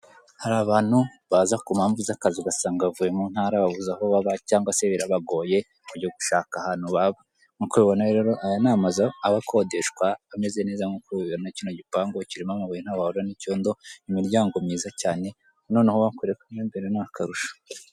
Hari abantu baza ku mpamvu z'akazi ugasanga bavuye mu ntara babuze aho baba cyangwa se birabagoye kujya gushaka ahantu baba, nkuko mubibona rero aya ni amazu aba akodeshwa ameze neza nkuko mubibona kino gipangu kirimo amabuye ntaho wahurira n'icyondo imiryango myiza cyane noneho uwakwereka m'imbere ntakarusho.